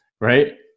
right